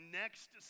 next